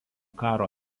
karo